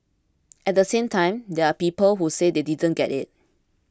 at the same time there are people who say they didn't get it